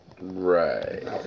Right